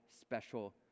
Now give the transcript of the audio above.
special